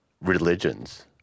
religions